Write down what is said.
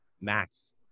Max